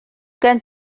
can